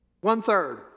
One-third